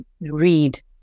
read